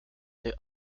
the